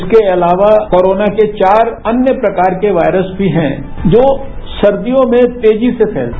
इसके अलावा कोरोना के चार अन्य प्रकार के वायरस भी हैं जो सर्दियों में तेजी से फैलते हैं